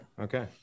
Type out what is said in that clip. okay